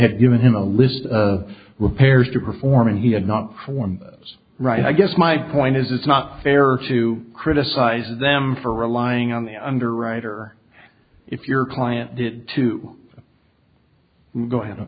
had given him a list of repairs to perform and he had not performed was right i guess my point is it's not fair to criticize them for relying on the underwriter if your client did to go